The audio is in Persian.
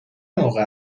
موقع